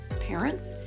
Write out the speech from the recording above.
parents